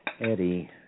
Eddie